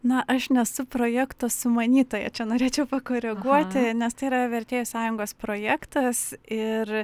na aš nesu projekto sumanytoja čia norėčiau pakoreguoti nes tai yra vertėjų sąjungos projektas ir